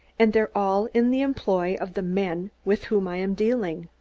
and they're all in the employ of the men with whom i am dealing.